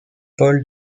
paul